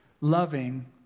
loving